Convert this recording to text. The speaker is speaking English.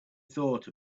thought